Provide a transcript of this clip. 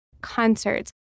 concerts